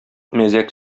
мәзәк